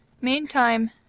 Meantime